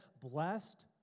blessed